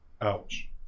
ouch